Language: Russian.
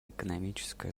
экономическое